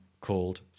called